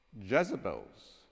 Jezebel's